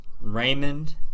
Raymond